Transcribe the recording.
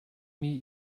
mir